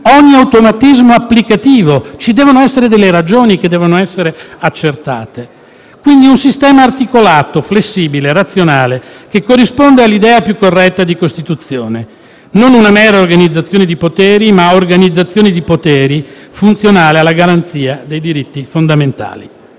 ogni automatismo applicativo. Ci devono essere delle ragioni, che devono accertate. Si tratta, quindi, di un sistema articolato, flessibile, razionale, che corrisponde all'idea più corretta di Costituzione; non una mera organizzazione di poteri, ma un'organizzazione di poteri funzionale alla garanzia dei diritti fondamentali.